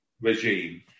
regime